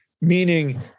meaning